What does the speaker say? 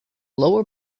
lower